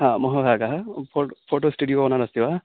हा महाभागाः फ़ोट् फ़ोटो स्टुडियो ओनर् अस्ति वा